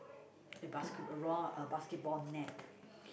a basket a round a basketball net